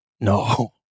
No